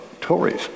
Tories